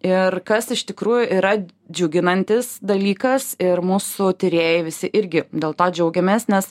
ir kas iš tikrų yra džiuginantis dalykas ir mūsų tyrėjai visi irgi dėl to džiaugiamės nes